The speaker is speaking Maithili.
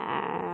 आओर